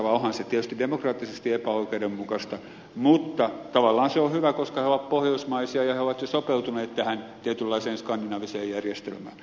onhan se tietysti demokraattisesti epäoikeudenmukaista mutta tavallaan se on hyvä koska he ovat pohjoismaisia ja he ovat jo sopeutuneet tähän tietynlaiseen skandinaaviseen järjestelmään